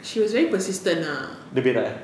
she was very persistent ah